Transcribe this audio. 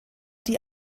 die